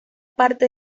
parte